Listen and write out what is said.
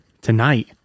tonight